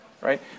right